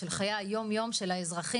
של חיי היום יום של האזרחים,